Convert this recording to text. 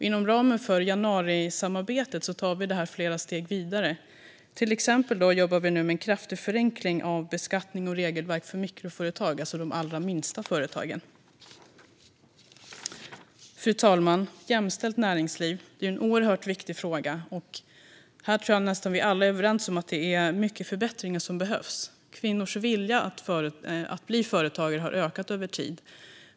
Inom ramen för januarisamarbetet tar vi detta flera steg vidare. Vi jobbar till exempel med en kraftig förenkling av beskattning och regelverk för mikroföretag, alltså de allra minsta företagen. Fru talman! Ett jämställt näringsliv är en oerhört viktig fråga. Här tror jag att nästan alla är överens om att det behövs många förbättringar. Kvinnors vilja att bli företagare har ökat över tid.